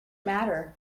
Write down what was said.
matter